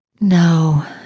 No